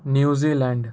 New Zealand